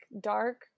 dark